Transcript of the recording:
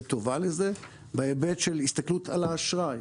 טובה לזה בהיבט של הסתכלות על האשראי.